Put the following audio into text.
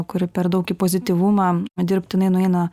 kuri per daug į pozityvumą dirbtinai nueina